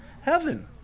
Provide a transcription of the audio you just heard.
heaven